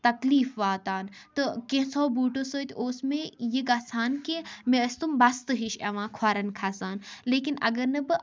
تکلیٖف واتان تہٕ کینٛژھو بوٗٹو سۭتۍ اوس مےٚ یہِ گژھان کہِ مےٚ ٲسۍ تِم بستہٕ ہِش یِوان کھۄرن کھَسان لیکن اگر نہٕ بہٕ